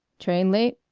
train late?